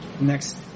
Next